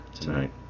tonight